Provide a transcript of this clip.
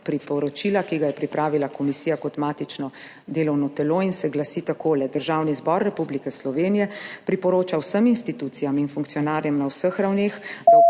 priporočila, ki ga je pripravila komisija kot matično delovno telo, in se glasi takole: Državni zbor Republike Slovenije priporoča vsem institucijam in funkcionarjem na vseh ravneh,